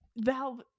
Valve